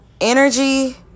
energy